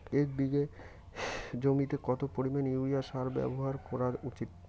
প্রতি বিঘা জমিতে কত পরিমাণ ইউরিয়া সার ব্যবহার করা উচিৎ?